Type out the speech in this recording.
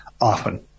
often